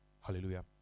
Hallelujah